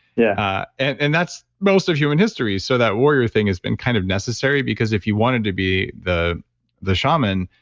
yeah and and that's most of human history so that warrior thing has been kind of necessary because if you wanted to be the the shaman,